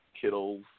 Kittles